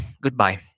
goodbye